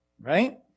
right